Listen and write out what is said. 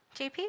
JP